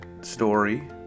story